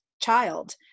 child